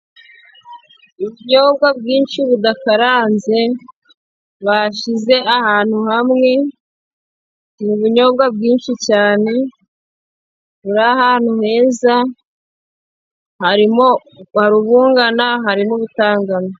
Ubunyobwa bwinshi budakaranze, bashize ahantu hamwe, ni nyobwa byinshishi cyane, buri ahantu heza harimo barubungana harimo ubutangana.